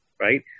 right